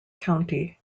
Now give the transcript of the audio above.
county